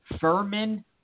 Furman